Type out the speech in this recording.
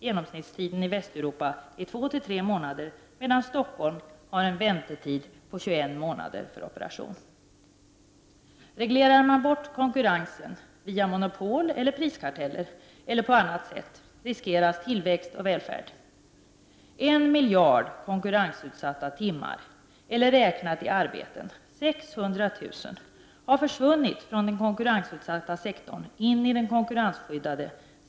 Genomsnittstiden i Västeuropa är två-tre månader, medan Stockholm har en genomsnittlig väntetid på 21 månader för operationer. Reglerar man bort konkurrensen via monopol, priskarteller eller på annat sätt riskeras tillväxt och välfärd. Sedan mitten av 60-talet har en miljard konkurrensutsatta timmar, eller räknat i antal arbeten 600 000, försvunnit från den konkurrensutsatta sektorn in i den konkurrensskyddade.